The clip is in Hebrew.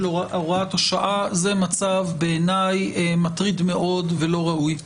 הוראת השעה זה מצב בעיניי מטריד מאוד ולא ראוי.